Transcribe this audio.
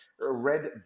Red